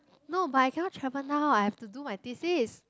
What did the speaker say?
no but I cannot travel now I have to do my thesis